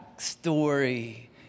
story